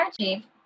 energy